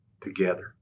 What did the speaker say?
together